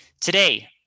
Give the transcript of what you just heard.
Today